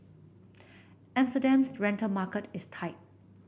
Amsterdam's rental market is tight